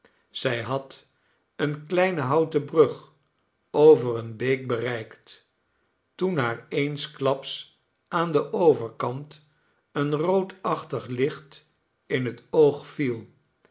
zij had eene kleine houten brug over eene beek bereikt toen haar eensklaps aan den overkant een roodachtig licht in het oog viel